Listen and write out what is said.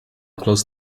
closed